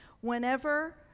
whenever